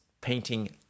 painting